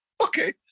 okay